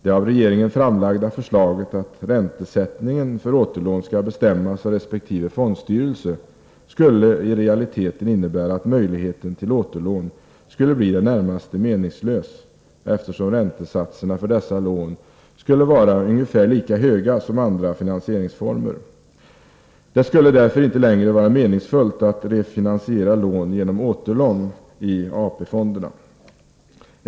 Det av regeringen framlagda förslaget att räntesättningen för återlån skall bestämmas av resp. fondstyrelse skulle i realiteten innebära att möjligheten till återlån skulle bli i det närmaste meningslös, eftersom räntesatserna för dessa lån skulle vara ungefär lika höga som andra finansieringsformer. Det skulle därför inte längre vara meningsfullt att refinansiera lån genom återlån i AP-fonderna.